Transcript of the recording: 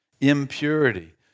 impurity